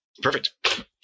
perfect